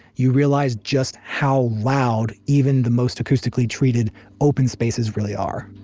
you realize just how loud even the most acoustically-treated open spaces really are